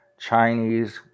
Chinese